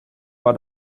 war